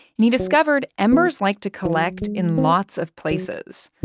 and he discovered embers like to collect in lots of places,